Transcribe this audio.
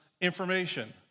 information